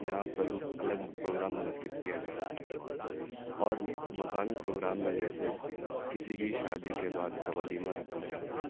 یہاں پر الگ پروگرام منعقد کیا جاتا ہے اور مقامی پروگرام میں جیسے کسی کی شادی کے بعد کا ولیمہ رکھا جاتا ہے